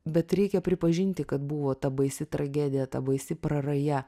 bet reikia pripažinti kad buvo ta baisi tragedija ta baisi praraja